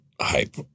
hype